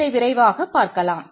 இதை விரிவாகப் பார்க்கலாம்